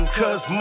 cause